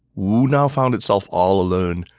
wu now found itself all alone,